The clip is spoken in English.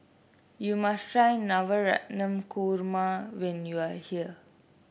you must try Navratan Korma when you are here